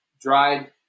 dried